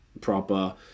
proper